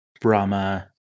Brahma